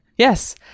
Yes